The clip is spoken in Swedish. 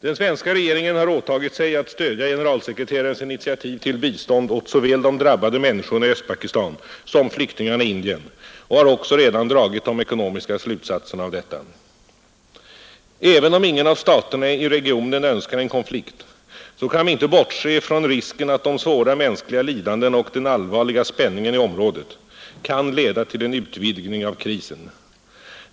Den svenska regeringen har åtagit sig att stödja generalsekreterarens initiativ till bistånd åt såväl de drabbade människorna i Östpakistan som flyktingarna i Indien och har också redan dragit de ekonomiska slutsatserna av detta. Även om ingen av staterna i regionen önskar en konflikt så kan vi inte bortse från risken att de svåra mänskliga lidandena och den allvarliga spänningen i området kan leda till en utvidgning av krisen.